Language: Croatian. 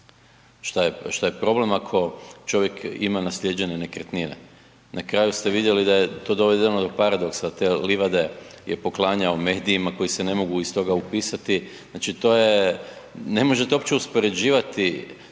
šta je problem ako čovjek ima nasljeđene nekretnine, na kraju ste vidjeli da je to dovedeno do paradoksa te livade je poklanjao medijima koji se ne mogu iz toga upisati, znači to je, ne možete uopće uspoređivati